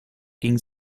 ging